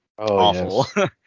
awful